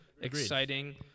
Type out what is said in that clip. exciting